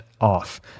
off